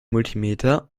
multimeter